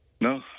No